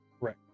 Right